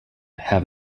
have